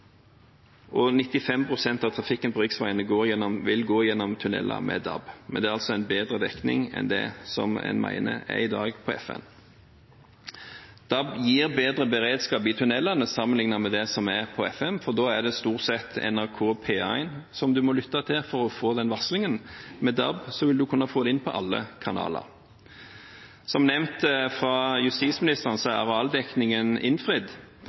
95 pst. av trafikken på riksveiene vil gå gjennom tunneler med DAB, men det er altså en bedre dekning enn det en mener er i dag med FM. DAB gir bedre beredskap i tunnelene sammenlignet med det som er med FM, for da er det stort sett NRK P1 en må lytte til for å få den varslingen, men med DAB vil en kunne få det inn på alle kanaler. Som nevnt av justisministeren, er arealdekningen innfridd.